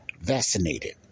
vaccinated